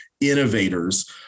innovators